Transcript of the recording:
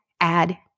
add